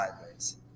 sideways